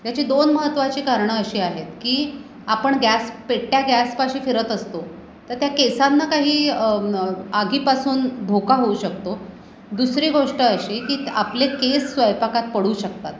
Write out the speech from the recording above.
त्याची दोन महत्त्वाची कारणं अशी आहेत की आपण गॅस पेटत्या गॅसपाशी फिरत असतो तर त्या केसांना काही आगीपासून धोका होऊ शकतो दुसरी गोष्ट अशी की आपले केस स्वयंपाकात पडू शकतात